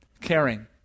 Caring